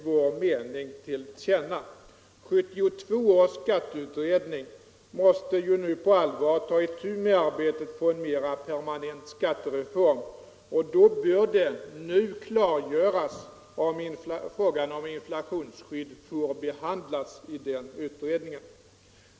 1972 års skatteutredning måste på allvar ta itu med arbetet på en mera permanent skattereform. Därför bör det redan nu klargöras, om frågan om inflationsskydd får behandlas i den utredningen.